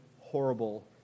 horrible